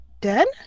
dead